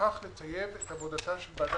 ובכך לטייב את עבודתה של ועדת